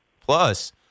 plus